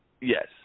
Yes